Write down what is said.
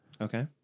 Okay